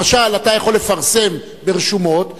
למשל, אתה יכול לפרסם ברשומות ובעיתון,